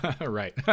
Right